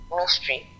mystery